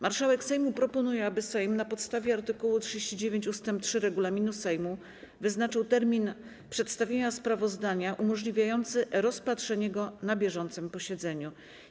Marszałek Sejmu proponuje, aby Sejm na podstawie art. 39 ust. 3 regulaminu Sejmu wyznaczył termin przedstawienia sprawozdania umożliwiający rozpatrzenie go na bieżącym posiedzeniu Sejmu.